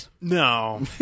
No